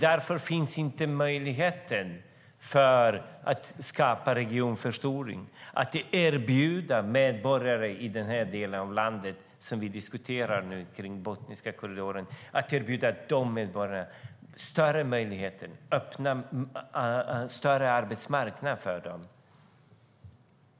Därför finns det inte möjlighet att skapa en regionförstoring och att erbjuda medborgarna i den del av landet som vi nu diskuterar, kring Botniska korridoren, en större arbetsmarknad.